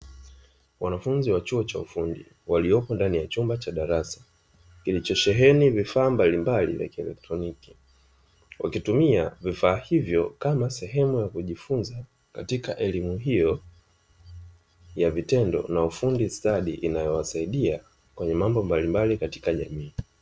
Wanafunzi wa chuo cha ufundi, waliopo ndani ya chumba cha darasa kilichosheheni vifaa mbalimbali vya kielektroniki, wakitumia vifaa hivyo kama sehemu ya kujifunza katika elimu hiyo ya vitendo na ufundi stadi, inayowasaidia kwenye mambo mbalimbali katika jamii.